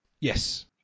Yes